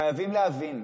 חייבים להבין,